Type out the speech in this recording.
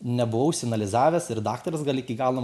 nebuvau išsianalizavęs ir daktaras gal iki galo